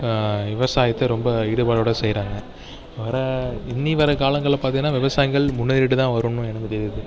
விவசாயத்தை ரொம்ப ஈடுபாடோட செய்கிறாங்க அப்றம் இனி வர காலங்களில் பார்த்திங்கனா விவசாயங்கள் முன்னேறியிட்டுதான் வருன்னு எனக்கு தெரியுது